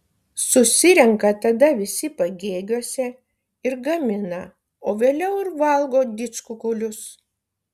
susirenka tada visi pagėgiuose ir gamina o vėliau ir valgo didžkukulius